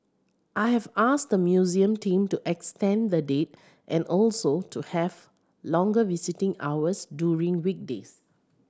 I have asked the museum team to extend the date and also to have longer visiting hours during weekdays